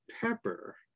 pepper